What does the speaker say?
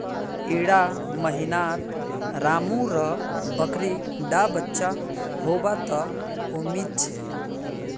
इड़ा महीनात रामु र बकरी डा बच्चा होबा त उम्मीद छे